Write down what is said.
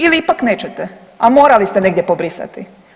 Ili ipak nećete, a morali ste negdje pobrisati.